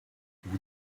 vous